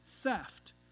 theft